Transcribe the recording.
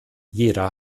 jeder